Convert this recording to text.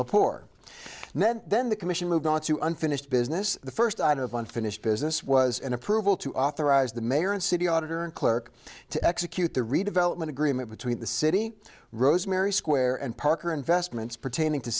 men then the commission moved on to unfinished business the first item of unfinished business was an approval to authorize the mayor and city auditor clerk to execute the redevelopment agreement between the city rosemary square and parker investments pertaining to